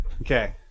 Okay